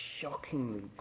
shockingly